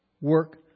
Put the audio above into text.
work